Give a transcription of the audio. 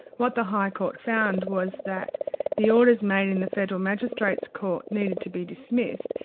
what the high court found was that the orders made in the federal magistrate's court needed to be dismissed,